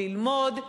ללמוד,